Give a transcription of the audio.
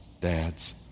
dads